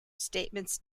statements